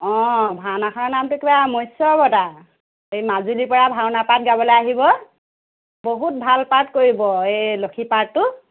অঁ ভাওনা খনৰ নামটো কিবা মৎস্য অৱতাৰ এই মাজুলীৰ পৰা ভাওনা পাত গাবলৈ আহিব বহুত ভাল পাৰ্ট কৰিব এই লক্ষীৰ পাৰ্টতো